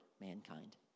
mankind